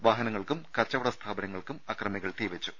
വാഹനങ്ങൾക്കും കച്ചവട സ്ഥാപനങ്ങൾക്കും അക്രമികൾ തീവെച്ചു